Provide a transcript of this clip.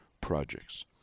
projects